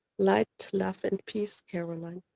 light, love and peace, caroline.